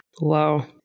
Wow